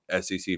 SEC